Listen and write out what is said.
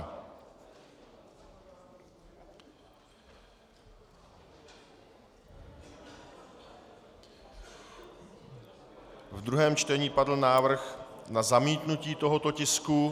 V druhém čtení padl návrh na zamítnutí tohoto tisku.